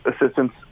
assistance